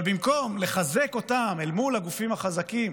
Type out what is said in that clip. אבל במקום לחזק אותם אל מול הגופים החזקים